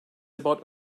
about